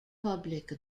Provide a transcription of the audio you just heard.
public